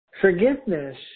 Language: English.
forgiveness